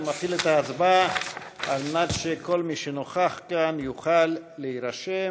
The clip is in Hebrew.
אני מפעיל את ההצבעה כדי שכל מי שנוכח כאן יוכל להירשם.